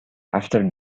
after